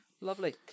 Lovely